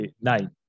nine